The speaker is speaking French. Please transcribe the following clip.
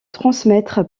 transmettre